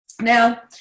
Now